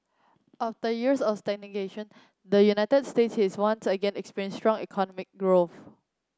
after years of stagnation the United States is once again experiencing strong economic growth